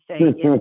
say